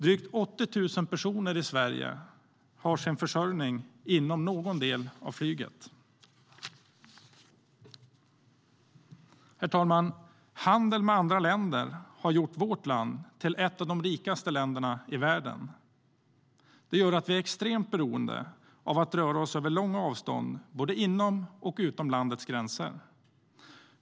Drygt 80 000 personer i Sverige har sin försörjning inom någon del av flyget. Herr talman! Handel med andra länder har gjort vårt land till ett av världens rikaste länder. Det gör att vi är extremt beroende av att röra oss över långa avstånd både inom och utom landets gränser.